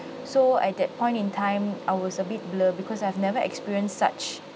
so at that point in time I was a bit blur because I've never experience such